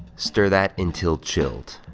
stir that until chilled.